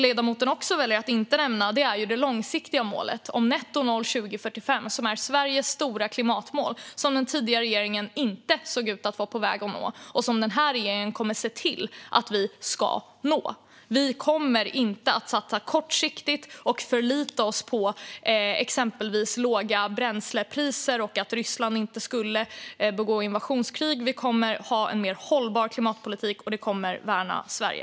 Ledamoten valde att inte heller nämna det långsiktiga målet om nettonoll 2045, som är Sveriges stora klimatmål och som den tidigare regeringen inte såg ut att vara på väg att nå. Denna regering kommer att se till att vi når det. Den här regeringen kommer inte att satsa kortsiktigt och förlita sig på exempelvis låga bränslepriser och att Ryssland inte ska föra invasionskrig. Denna regering kommer att ha en mer hållbar klimatpolitik, och det kommer att värna Sverige.